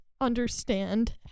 understand